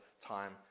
time